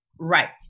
right